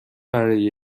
برای